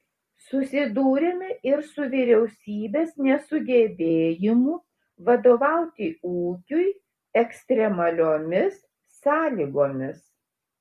susidūrėme ir su vyriausybės nesugebėjimu vadovauti ūkiui ekstremaliomis sąlygomis